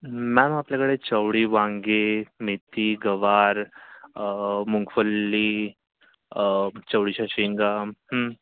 ma'am आपल्याकडे चवळी वांगे मेथी गवार मुंगफल्ली चवळीच्या शेंगा